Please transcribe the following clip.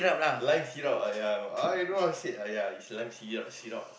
lime syrup ah ya I don't know how to said ah ya it's lime syrup syrup ah